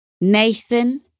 Nathan